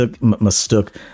mistook